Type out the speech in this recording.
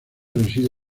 reside